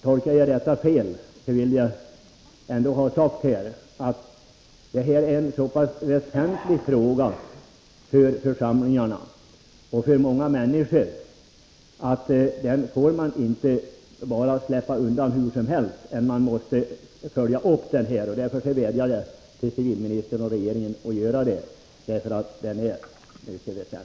Tolkar jag detta fel, vill jag ändå ha sagt att detta är en så pass väsentlig fråga för församlingarna och för många människor att man inte bara får släppa den hur som helst, utan man måste följa upp den. Därför vädjar jag till civilministern och regeringen att följa upp frågan.